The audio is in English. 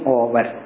over